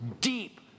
deep